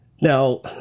Now